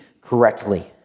correctly